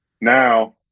Now